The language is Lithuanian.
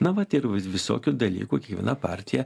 na vat ir visokių dalykų kiekviena partija